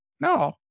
No